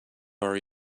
are